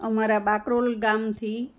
અમારા બાકરોલ ગામથી